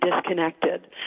disconnected